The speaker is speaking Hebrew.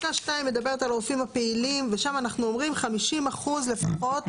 פסקה (2) מדברת על רופאים פעילים ושם אנחנו אומרים 50% לפחות,